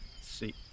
See